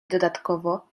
dodatkowo